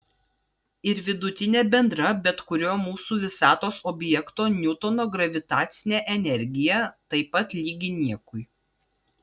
ir vidutinė bendra bet kurio mūsų visatos objekto niutono gravitacinė energija taip pat lygi niekui